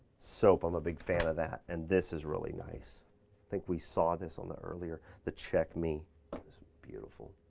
soap, i'm a big fan of that and this is really nice. i think we saw this on the earlier, the check me. it's beautiful.